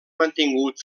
mantingut